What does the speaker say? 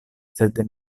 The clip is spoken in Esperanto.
sed